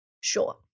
Sure